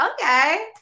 okay